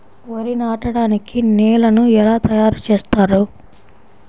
వరి నాటడానికి నేలను ఎలా తయారు చేస్తారు?